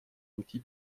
outil